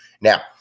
Now